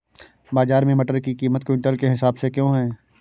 बाजार में मटर की कीमत क्विंटल के हिसाब से क्यो है?